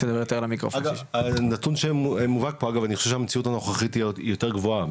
אגב אני חושב שהמציאות הנוכחית היא יותר גרועה,